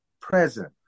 present